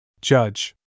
Judge